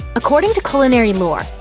according to culinary lore,